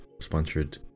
sponsored